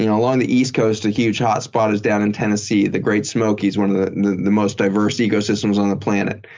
you know along the east coast, a huge hot spot is down in tennessee, the great smokys one of the the most diverse ecosystems on the planet.